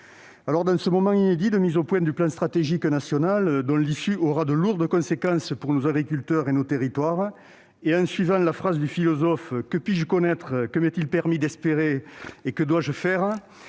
Dans ce moment inédit de mise au point du plan stratégique national, le PSN, dont l'issue aura de lourdes conséquences pour nos agriculteurs et nos territoires, et en m'inspirant des mots du philosophe- « Que puis-je connaître ? Que m'est-il permis d'espérer ? Que dois-je faire ?»